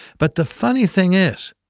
but the funny thing is,